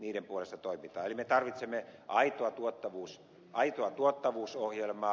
eli me tarvitsemme aitoa tuottavuusohjelmaa